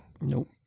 Nope